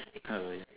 [ho] is it